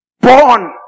born